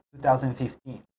2015